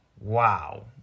Wow